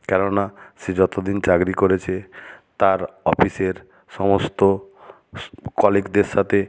কেননা সে যত দিন চাকরি করেছে তার অফিসের সমস্ত স্ কলিগদের সাথে